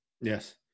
Yes